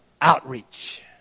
outreach